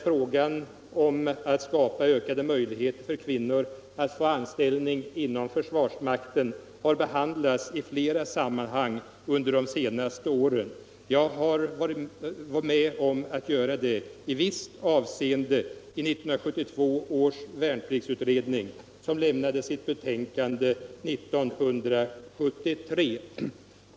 Frågan om att skapa ökad möjlighet för kvinnor att få anställning inom försvarsmakten har behandlats i flera sammanhang under de senaste åren. Jag har i visst avseende deltagit i denna behandling genom att jag medverkade i 1972 års värnpliktsutredning, som avlämnade sitt betänkande 1973.